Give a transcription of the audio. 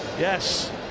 Yes